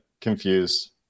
confused